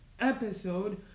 episode